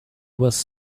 was